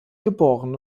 geboren